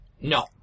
No